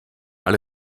alle